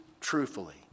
truthfully